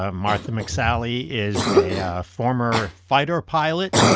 ah martha mcsally is a ah former fighter pilot.